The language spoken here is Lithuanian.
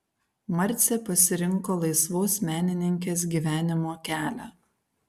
marcė pasirinko laisvos menininkės gyvenimo kelią